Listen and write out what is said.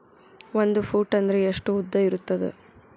ಒಂದು ಫೂಟ್ ಅಂದ್ರೆ ಎಷ್ಟು ಉದ್ದ ಇರುತ್ತದ?